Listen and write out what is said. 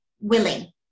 willing